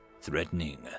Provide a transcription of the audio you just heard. threatening